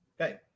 Okay